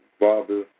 father